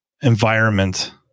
environment